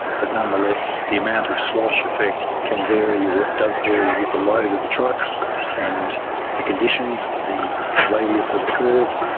but nonetheless the amount of slosh effect can vary or does vary with the load of the truck and the conditions, the radius of the curve.